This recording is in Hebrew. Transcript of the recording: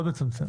מאוד מצמצם.